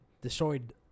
destroyed